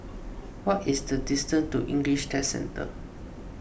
what is the distance to English Test Centre